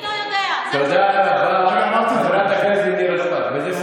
תגיד: אני לא יודע, זה מה שאני רוצה.